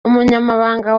umunyamabanga